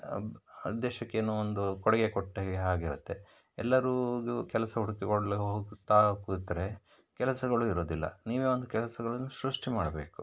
ದೇಶಕ್ಕೆ ಏನೋ ಒಂದು ಕೊಡುಗೆ ಕೊಟ್ಟ ಹಾಗೆ ಆಗಿರುತ್ತೆ ಎಲ್ಲರೂ ಕೆಲಸ ಹುಡುಕಿಕೊಳ್ಳು ಹೋಗುತ್ತಾ ಕೂತರೆ ಕೆಲಸಗಳು ಇರೋದಿಲ್ಲ ನೀವೇ ಒಂದು ಕೆಲಸಗಳನ್ನು ಸೃಷ್ಟಿ ಮಾಡಬೇಕು